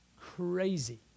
Crazy